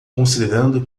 considerando